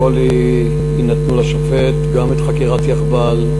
הכול יינתן לשופט, גם חקירת יאחב"ל,